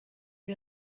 wir